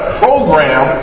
program